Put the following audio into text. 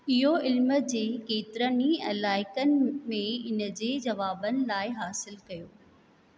इहो इल्म जे केतिरनि इलायक़नि में इन जे जवाबनि लाइ हासिलु कयो